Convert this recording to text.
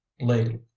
lady